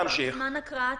לגבי ההסתייגויות,